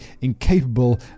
incapable